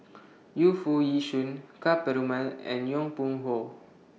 Yu Foo Yee Shoon Ka Perumal and Yong Pung How